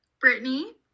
Brittany